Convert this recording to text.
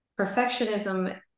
Perfectionism